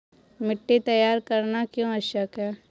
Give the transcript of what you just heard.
मिट्टी तैयार करना क्यों आवश्यक है?